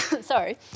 Sorry